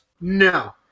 No